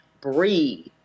breathe